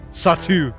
satu